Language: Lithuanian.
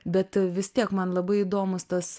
bet vis tiek man labai įdomus tas